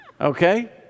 Okay